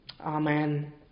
Amen